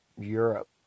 Europe